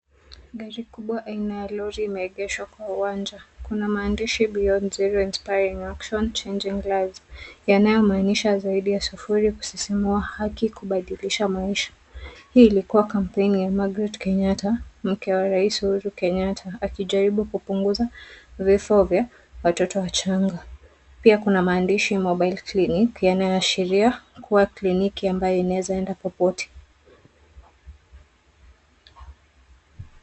Gari kubwa aina ya Lori imeegeshwa kwa uwanja. Kuna maandishi beyond zero inspiring action changing lives yanayomaanisha zaidi ya sufuri kusisimua haki kubadilisha maisha. Hii ilikua campaign ya Magret Kenyatta mke wa Rais Uhuru Kenyatta akijaribu kupunguza vifo vya watoto wachanga. Pia kuna maandishi mobile clinic yanayoashiria kua kliniki ambayo inaezaenda popote.